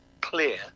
clear